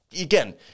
again